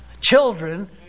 children